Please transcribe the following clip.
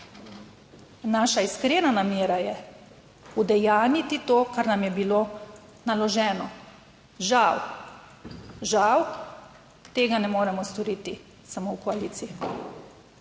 Naša iskrena namera je udejanjiti to, kar nam je bilo naloženo. Žal tega ne moremo storiti samo v koaliciji.